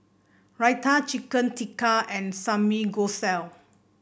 Raita Chicken Tikka and Samgyeopsal